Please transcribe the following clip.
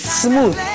smooth